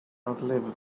outlive